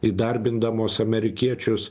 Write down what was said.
įdarbindamos amerikiečius